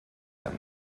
him